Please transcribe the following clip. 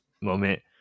moment